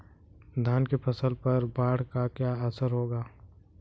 धान की फसल पर बाढ़ का क्या असर होगा?